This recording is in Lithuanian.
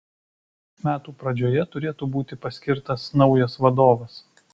metų pradžioje turėtų būti paskirtas naujas vadovas